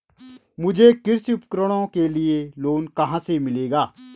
मुझे कृषि उपकरणों के लिए लोन कहाँ से मिलेगा?